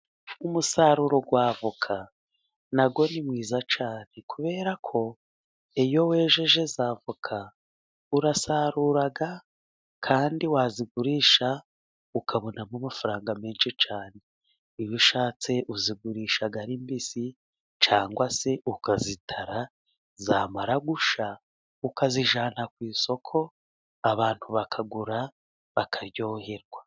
Umusaruro wa avoka na wo ni mwiza cyane. Kubera ko iyo wejeje za avoka urasarura kandi wazigurisha ukabonamo amafaranga menshi cyane. Iyo usha tse uzigurisha ari mbisi cyangwa se ukazitara, zamara gushya ukazijyana ku isoko abantu bakagura bakaryoherwa.